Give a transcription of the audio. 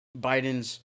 Biden's